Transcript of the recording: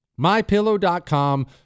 MyPillow.com